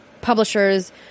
publishers